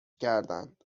کردند